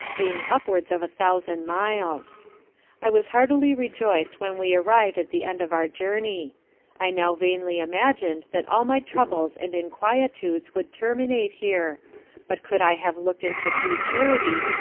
being upwards of a thousand miles i was heartily rejoic'd when we arriv'd at the end of our journey i now vainly imagin'd that all my troubles and inquietudes would terminate here but could i have looked into futurity,